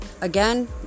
again